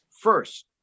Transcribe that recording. First